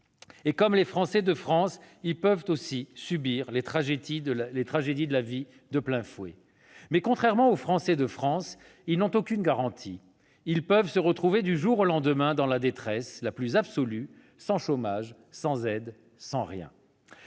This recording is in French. Comme les Français de France, ils peuvent subir de plein fouet les tragédies de la vie, mais, contrairement aux Français de France, ils n'ont aucune garantie et peuvent se retrouver du jour au lendemain dans la détresse la plus absolue, sans chômage, sans aide, sans rien